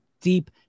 deep